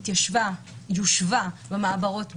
יושבה במעברות ברמלה,